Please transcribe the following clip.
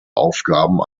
aufgaben